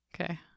Okay